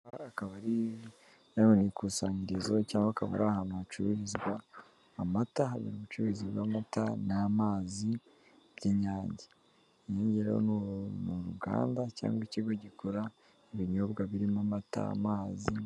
Aha akaba ari ikusanyirizo cyangwa akaba ari ahantu hacururizwa amata, hari ubucuruzi bw'amata n'amazi y'inyange. Iyi rero ni uruganda cyangwa ikigo gikora ibinyobwa birimo amata, amazi...